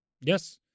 Yes